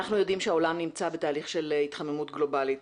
אנחנו יודעים שהעולם נמצא בתהליך של התחממות גלובלית